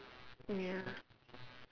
mmhmm ya